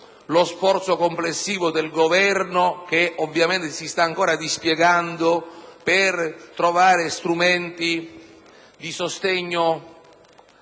lo sforzo complessivo del Governo, che ovviamente si sta ancora dispiegando, per trovare differenti strumenti di sostegno